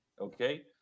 Okay